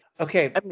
Okay